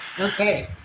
Okay